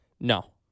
No